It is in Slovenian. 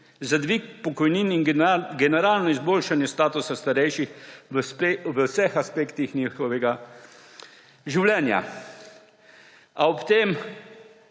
za dvig pokojnin in generalno izboljšanje statusa starejših v vseh aspektih njihovega življenja. A ob tem